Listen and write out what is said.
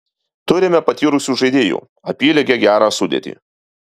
turime patyrusių žaidėjų apylygę gerą sudėtį